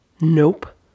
Nope